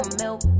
milk